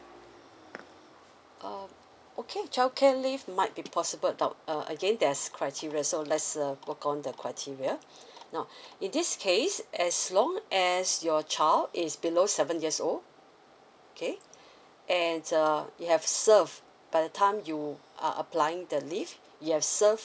um okay childcare leave might be possible now uh again there's criteria so let's uh work on the criteria now in this case as long as your child is below seven years old okay and um you have served by the time you are applying the leave you have served